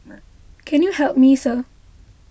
can you help me sir